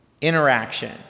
interaction